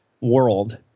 world